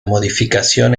modificación